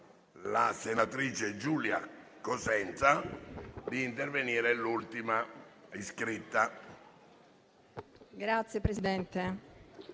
Grazie, Presidente.